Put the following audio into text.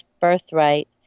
birthright